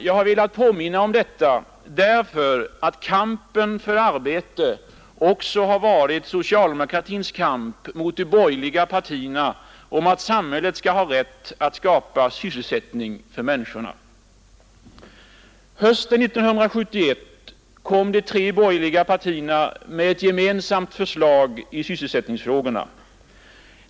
Jag har velat påminna om detta därför att kampen för arbete också har varit socialdemokratins kamp mot de borgerliga partierna om att samhället skall ha rätt att skapa sysselsättning för människorna. Hösten 1971 kom de tre borgerliga partierna med ett gemensamt förslag i sysselsättningsfrågorna.